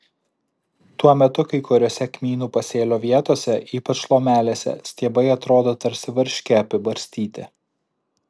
tuo metu kai kuriose kmynų pasėlio vietose ypač lomelėse stiebai atrodo tarsi varške apibarstyti